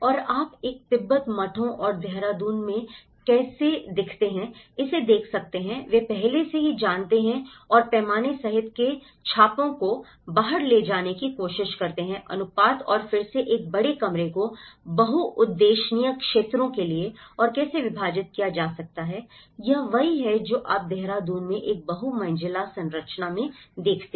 और आप एक तिब्बत मठों और देहरादून में कैसे दिखते हैं इसे देख सकते हैं वे पहले से ही जानते हैं और पैमाने सहित के छापों को बाहर ले जाने की कोशिश करते हैं अनुपात और फिर से एक बड़े कमरे को बहुउद्देश्यीय क्षेत्रों के लिए और कैसे विभाजित किया जा सकता है यह वही है जो आप देहरादून में एक बहु मंजिला संरचना में देखते हैं